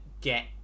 get